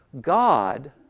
God